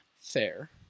fair